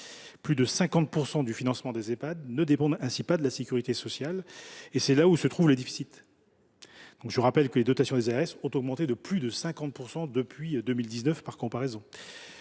plus de 50 % du financement des Ehpad ne dépend pas de la sécurité sociale, et c’est là où se trouvent les déficits. Je rappelle que les dotations des ARS ont augmenté de plus de 50 % depuis 2019, par comparaison.